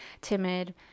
timid